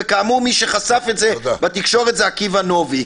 וכאמור מי שחשף את זה בתקשורת זה עקיבא נוביק.